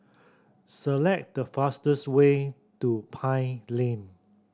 select the fastest way to Pine Lane